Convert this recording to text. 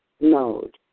mode